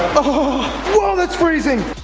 oh well that's freezing.